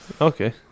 Okay